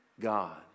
God